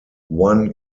one